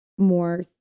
more